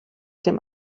dem